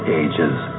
ages